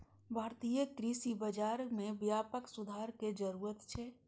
भारतीय कृषि बाजार मे व्यापक सुधार के जरूरत छै